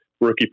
rookie